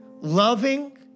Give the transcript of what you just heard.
loving